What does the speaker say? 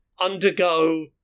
undergo